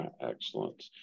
Excellent